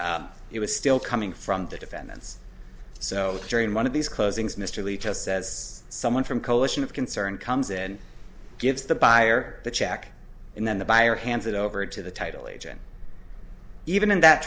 it was still coming from the defendants so during one of these closings mr lee just says someone from coalition of concerned comes and gives the buyer the check and then the buyer hands it over to the title agent even in that